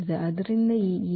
ಆದ್ದರಿಂದ ಈ A